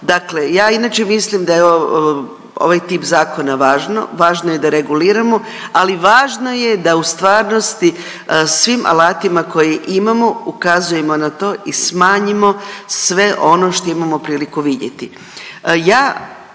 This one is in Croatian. Dakle, ja inače mislim da je ovaj tip zakona važno, važno je da reguliramo, ali važno je da u stvarnosti svim alatima koje imamo ukazujemo na to i smanjimo sve ono što imamo priliku vidjeti.